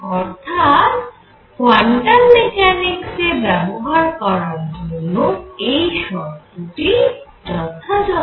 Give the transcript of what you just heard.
অর্থাৎ কোয়ান্টাম মেকানিক্সে ব্যবহার করার জন্য এই শর্তটি যথাযথ